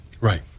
Right